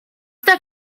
that